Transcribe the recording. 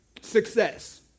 Success